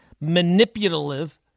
manipulative